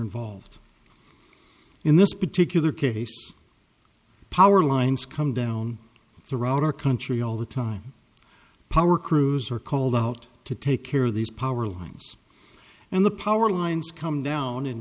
involved in this particular case power lines come down the road our country all the time power crews are called out to take care of these power lines and the power lines come down in